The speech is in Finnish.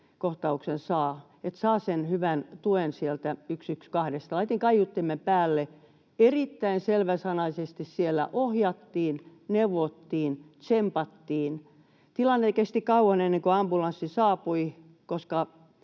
kohtauksen saa — että saa sen hyvän tuen sieltä 112:sta. Laitoin kaiuttimen päälle. Erittäin selväsanaisesti siellä ohjattiin, neuvottiin, tsempattiin. Tilanne kesti kauan ennen kuin ambulanssi saapui, koska